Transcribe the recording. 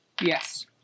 Yes